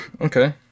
okay